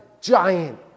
giant